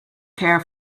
care